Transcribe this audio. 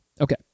Okay